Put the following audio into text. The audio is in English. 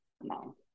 no